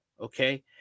Okay